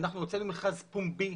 אנחנו הוצאנו מכרז פומבי,